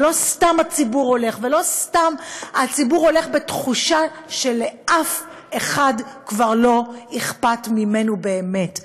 ולא סתם הציבור הולך בתחושה שלאף אחד כבר לא אכפת ממנו באמת.